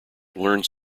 learns